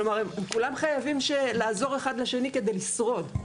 כלומר, כולם חייבים לעזור אחד לשני כדי לשרוד.